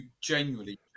genuinely